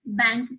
bank